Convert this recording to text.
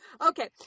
Okay